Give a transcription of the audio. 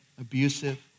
abusive